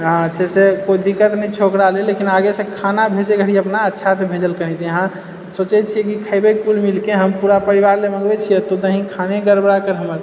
हँ से छै कोइ दिक्कत नहि छौ ओकरा लेल ओकरा लेल लेकिन आगे से खाना भेजे घड़ी अपना अच्छा से भेजल करही जे सोचै छियै जे खैबै कि खैबै कुल मिलके हम पूरा परिवार लए मँगबै छियो तू दही खाने गड़बड़ाए कन हमर